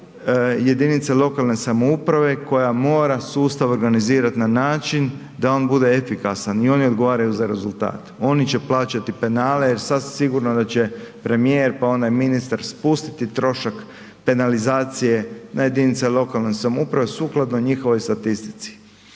jedinice lokalne samouprave koja mora sustav organizirat na način da on bude efikasan i oni odgovaraju za rezultat, oni će plaćati penale jer sasvim sigurno da će premijer, pa onaj ministar spustiti trošak penalizacije na jedinice lokalne samouprave sukladno njihovoj statistici.